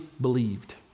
believed